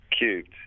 Cubed